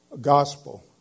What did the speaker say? gospel